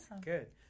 Good